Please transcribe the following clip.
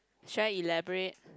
should I elaborate